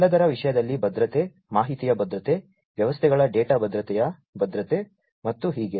ಎಲ್ಲದರ ವಿಷಯದಲ್ಲಿ ಭದ್ರತೆ ಮಾಹಿತಿಯ ಭದ್ರತೆ ವ್ಯವಸ್ಥೆಗಳ ಡೇಟಾ ಭದ್ರತೆಯ ಭದ್ರತೆ ಮತ್ತು ಹೀಗೆ